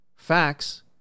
Facts